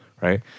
right